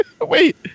Wait